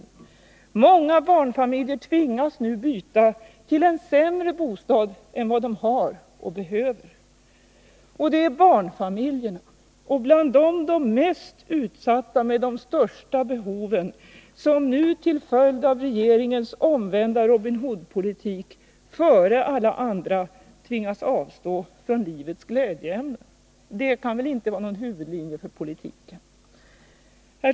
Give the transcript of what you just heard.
Många barnfamiljer tvingas nu byta till en sämre bostad än de har och behöver. Och det är barnfamiljerna — och bland dem de mest utsatta med de största behoven — som nu till följd av regeringens omvända Robin Hood-politik före alla andra tvingas avstå från livets glädjeämnen. Det kan väl inte vara någon huvudlinje för politiken!